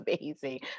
amazing